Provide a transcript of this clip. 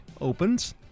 opens